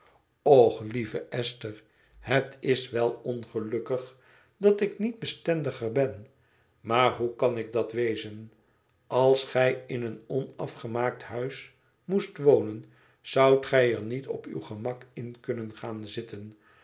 och lieve esther het is wel ongelukkig dat ik niet bestendiger ben maar hoe kan ik dat wezen als gij in een onafgemaakt huis moest wonen zoudt gij er niet op uw gemak in kunnen gaan zitten